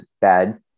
bad